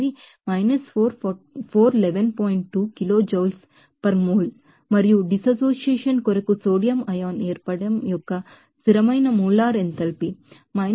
2 kilo Joules per mole మరియు dissociation కొరకు sodium ion ఏర్పడటం యొక్క స్థిరమైన మోలార్ ఎంథాల్పీ - 240